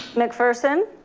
mcpherson.